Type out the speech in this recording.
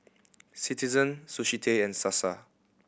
Citizen Sushi Tei and Sasa